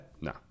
No